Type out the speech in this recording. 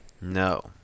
No